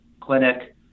clinic